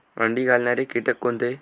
अंडी घालणारे किटक कोणते?